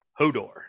Hodor